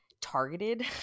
targeted